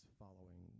following